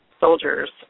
soldiers